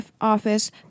office